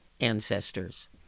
ancestors